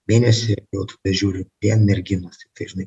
mėnesį jau tada žiūriu vien merginos tiktai žinai